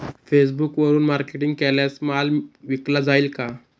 फेसबुकवरुन मार्केटिंग केल्यास माल विकला जाईल का?